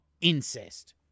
incest